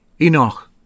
Enoch